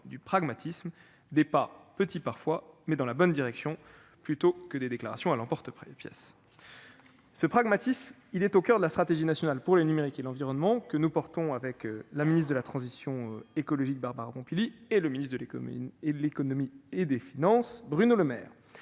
du pragmatisme, des petits pas, parfois, mais toujours dans la bonne direction, plutôt que des déclarations à l'emporte-pièce. Ce pragmatisme est au coeur de la stratégie nationale pour le numérique et l'environnement que je défends avec la ministre de la transition écologique, Barbara Pompili, et le ministre de l'économie, des finances et de la